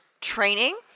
training